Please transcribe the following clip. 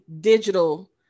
digital